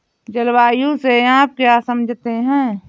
जलवायु से आप क्या समझते हैं?